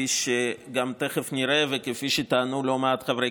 כפי שגם תכף נראה וכפי שטענו לא מעט חברי